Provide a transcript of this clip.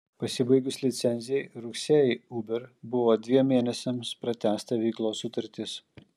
pasibaigus licencijai rugsėjį uber buvo dviem mėnesiams pratęsta veiklos sutartis